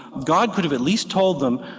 god could have at least told them,